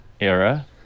era